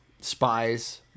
spies